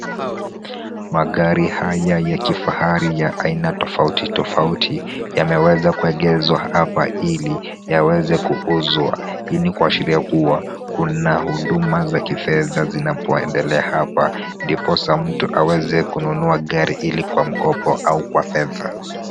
Magari haya ya kifahari ya aina tofauti tofauti yameweza kuegezwa hapa ili yaweze kuuzwa hii kuashiria kuwa kuna huduma za kifedha zinapoendela hapa ndiposa mtu aweze kununua gari ili kwa mkopo au kwa fedha.